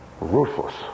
ruthless